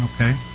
okay